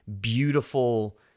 beautiful